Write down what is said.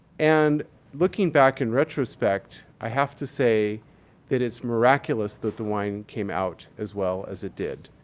and looking back in retrospect, i have to say that it's miraculous that the wine came out as well as it did.